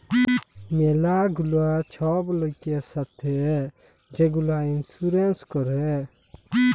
ম্যালা গুলা ছব লয়কের ছাথে যে গুলা ইলসুরেল্স ক্যরে